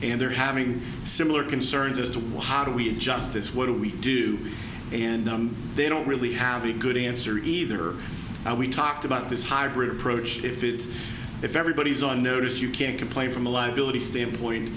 and they're having similar concerns as to what how do we just it's what do we do and they don't really have a good answer either and we talked about this hybrid approach if it's if everybody's on notice you can't complain from a liability standpoint